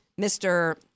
Mr